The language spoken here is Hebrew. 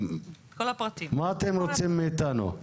מה אתם רוצים מאיתנו.